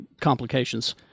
Complications